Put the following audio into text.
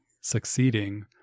succeeding